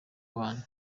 abantu